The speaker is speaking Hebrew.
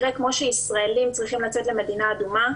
כמו שישראלים צריכים לצאת למדינה אדומה,